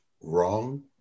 wrong